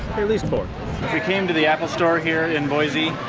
at least four. we came to the apple store, here in boise.